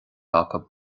acu